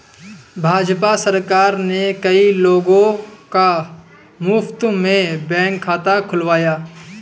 भाजपा सरकार ने कई लोगों का मुफ्त में बैंक खाता खुलवाया